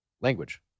language